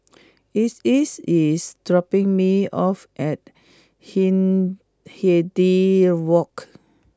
Isis is dropping me off at Hindhede Walk